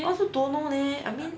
I also don't know leh I mean